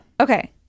Okay